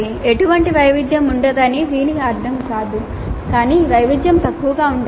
ఎటువంటి వైవిధ్యం ఉండదని దీని అర్థం కాదు కానీ వైవిధ్యం తక్కువగా ఉండాలి